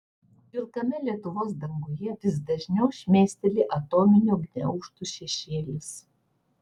pilkame lietuvos danguje vis dažniau šmėsteli atominių gniaužtų šešėlis